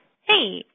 Hey